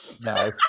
No